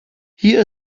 hier